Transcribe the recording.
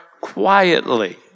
quietly